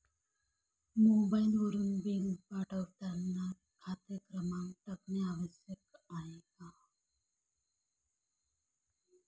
मोबाईलवरून बिल पाठवताना खाते क्रमांक टाकणे आवश्यक आहे का?